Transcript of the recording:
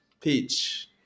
Peach